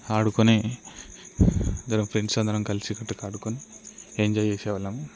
ఆడుకుని ఫ్రెండ్స్ అందరం కలిసికట్టుగా ఆడుకొని ఎంజాయ్ చేసేవాళ్ళం